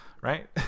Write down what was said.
right